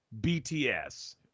bts